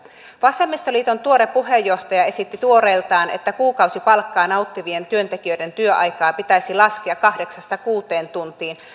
vasemmistoliiton tuore puheenjohtaja esitti tuoreeltaan että kuukausipalkkaa nauttivien työntekijöiden työaikaa pitäisi laskea kahdeksasta kuuteen tuntiin